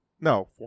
No